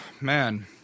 Man